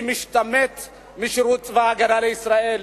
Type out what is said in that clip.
מי משתמט משירות בצבא-הגנה לישראל,